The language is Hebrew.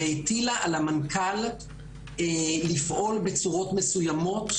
היא הטילה על המנכ"ל לפעול בצורות מסוימות,